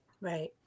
Right